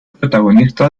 protagonista